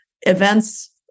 Events